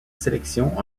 sélections